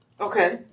Okay